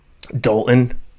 Dalton